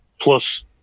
Plus